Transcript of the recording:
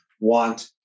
want